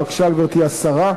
בבקשה, גברתי השרה.